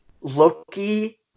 Loki